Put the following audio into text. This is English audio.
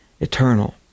eternal